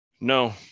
No